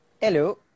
hello